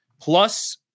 plus